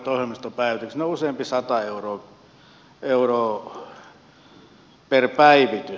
ne ovat useampi sata euroa per päivitys